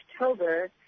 October